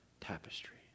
tapestry